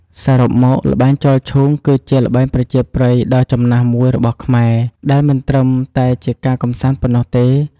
សរុបមក ល្បែងចោលឈូង គឺជាល្បែងប្រជាប្រិយដ៏ចំណាស់មួយរបស់ខ្មែរ ដែលមិនត្រឹមតែជាការកម្សាន្តប៉ុណ្ណោះទេ ។